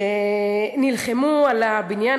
שנלחמו על הבניין.